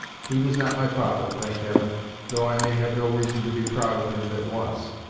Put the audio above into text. he was not my father, thank heaven though i may have no reason to be proud of him that was!